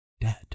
Dead